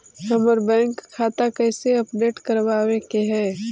हमर बैंक खाता कैसे अपडेट करबाबे के है?